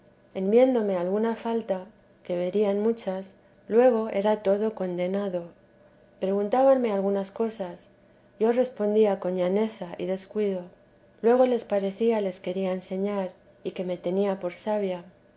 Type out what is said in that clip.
en viéndome alguna falta que verían muchas luego era todo condenado preguntábanme algunas cosas yo respondía con llaneza y descuido luego les parecía les quería enseñar y que me tenía por sabia